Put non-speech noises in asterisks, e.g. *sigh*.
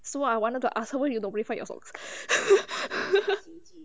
so I wanted to ask her where you normally find your socks *laughs*